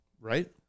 Right